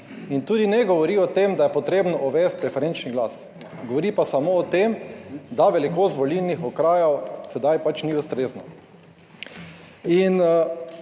in tudi ne govori o tem, da je potrebno uvesti preferenčni glas, govori pa samo o tem, da velikost volilnih okrajev sedaj pač ni ustrezna. In